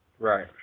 Right